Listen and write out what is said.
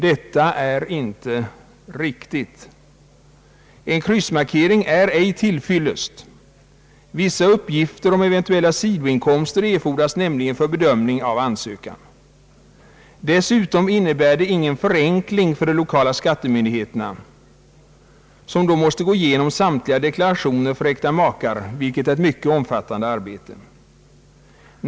Detta är inte fullt riktigt. En kryssmarkering är ej till fyllest. Vissa uppgifter om eventuella sidoinkomster erfordras nämligen i vissa fall för bedömning av ansökan. Dessutom innebär det ingen förenkling för de lokala skattemyndigheterna, som då måste gå igenom samtliga deklarationer för äkta makar, vilket är ett mycket omfattande arbete.